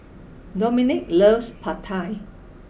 Domenic loves Pad Thai